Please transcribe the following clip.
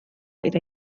eta